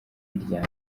irya